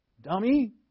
Dummy